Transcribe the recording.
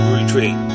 Retreat